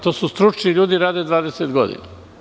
To su stručni ljudi i rade 20 godina.